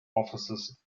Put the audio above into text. offices